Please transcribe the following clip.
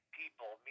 people